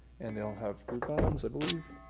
and they all have groove bottoms, i believe.